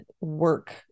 work